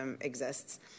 exists